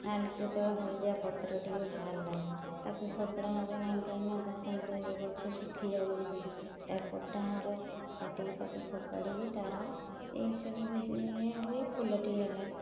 ଆଉ କେତେବେଳେ ହଳଦିଆ ପତ୍ରଟିଏ ବାହାରିଲା ତାକୁ ଫୋପଡ଼ା ହବ ନାଇଁ କାହିଁକି ନା ତା' ସାଥିରେ ଗଛ ଶୁଖିଯାଉଛି ଯଦି ତାକୁ କଟା ହବ କାଟିକି ତାକୁ ଫୋପାଡ଼ିକି ତା'ର ଏହି ସବୁ ବିଷୟ ଇଏ ହୁଏ ଫୁଲଟିଏ ହେଲା